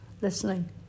listening